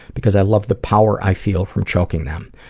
because i love the power i feel from choking them.